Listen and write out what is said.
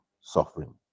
suffering